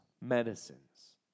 medicines